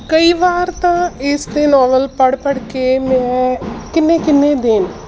ਕਈ ਵਾਰ ਤਾਂ ਇਸਦੇ ਨਾਵਲ ਪੜ੍ਹ ਪੜ੍ਹ ਕੇ ਮੈਂ ਕਿੰਨੇ ਕਿੰਨੇ ਦਿਨ